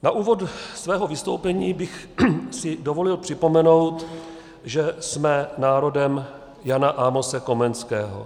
Na úvod svého vystoupení bych si dovolil připomenout, že jsme národem Jana Amose Komenského.